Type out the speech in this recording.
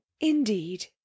Indeed